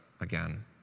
again